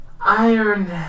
Iron